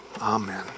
Amen